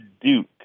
Duke